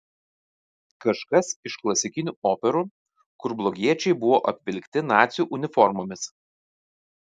kažkas iš klasikinių operų kur blogiečiai buvo apvilkti nacių uniformomis